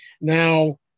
Now